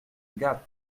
gap